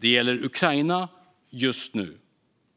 Det gäller Ukraina just nu,